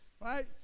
right